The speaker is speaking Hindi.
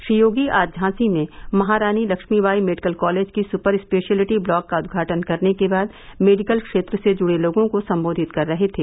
श्री योगी आज झांसी में महारानी लक्ष्मीबाई मेडिकल कॉलेज की सुपर स्पेशियलिटी ब्लॉक का उद्घाटन करने के बाद मेडिकल क्षेत्र से जूड़े लोगों को संबोधित कर रहे थे